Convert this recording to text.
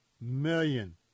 million